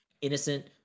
innocent